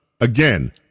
Again